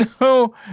no